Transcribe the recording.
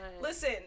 Listen